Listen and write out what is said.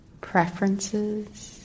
preferences